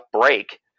break